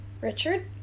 Richard